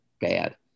bad